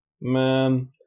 man